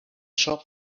shop